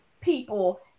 people